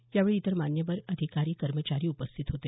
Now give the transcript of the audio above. यावेळी इतर मान्यवर अधिकारी कर्मचारी उपस्थित होते